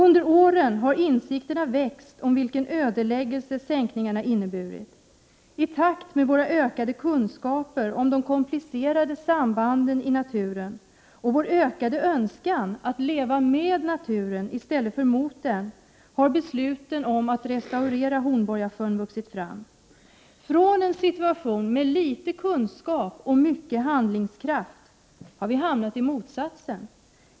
Under åren har insikten växt om vilken ödeläggelse sänkningarna inneburit. I takt med att våra kunskaper ökat om de komplicerade sambanden i naturen och vår önskan växt att få leva med naturen i stället för mot den har besluten om en restaurering av Hornborgasjön vuxit fram. Från en situation med liten kunskap och stor handlingskraft har vi hamnat i motsatsen.